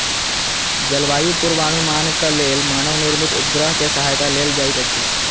जलवायु पूर्वानुमानक लेल मानव निर्मित उपग्रह के सहायता लेल जाइत अछि